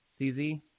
CZ